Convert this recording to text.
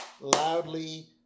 loudly